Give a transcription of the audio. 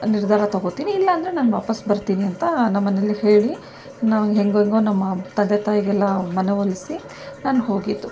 ನಿರ್ಧಾರ ತಗೊಳ್ತೀನಿ ಇಲ್ಲ ಅಂದ್ರೆ ನಾನು ವಾಪಸ್ಸು ಬರ್ತೀನಿ ಅಂತ ನಮ್ಮನೆಯಲ್ಲಿ ಹೇಳಿ ನಾನು ಹೇಗೇಗೋ ನಮ್ಮ ತಂದೆ ತಾಯಿಯದ್ದೆಲ್ಲ ಮನ ಒಲಿಸಿ ನಾನು ಹೋಗಿದ್ದು